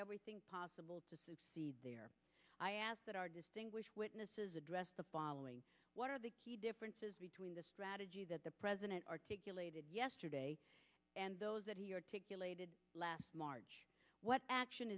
everything possible to succeed there i ask that our distinguished witnesses address the following what are the key differences between the strategy that the president articulated yesterday and those that he or to kill a did last march what action